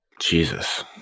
Jesus